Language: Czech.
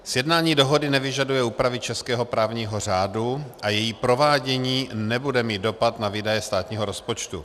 Sjednání dohody nevyžaduje úpravy českého právního řádu a její provádění nebude mít dopad na výdaje státního rozpočtu.